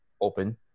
open